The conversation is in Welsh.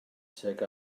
tuag